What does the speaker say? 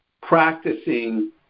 practicing